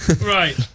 Right